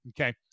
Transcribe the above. Okay